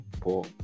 poor